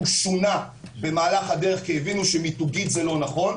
הוא שונה במהלך הדרך כי הבינו שמיתוגית זה לא נכון,